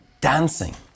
dancing